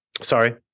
Sorry